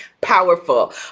powerful